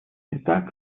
итак